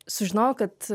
sužinojau kad